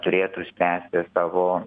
turėtų spręsti savo